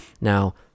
now